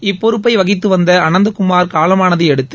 இப்பொறுப்பை வகித்து வந்த அனந்த்குமார் காலமானதையடுத்து